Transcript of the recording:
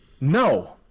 No